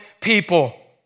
people